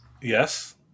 Yes